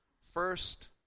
first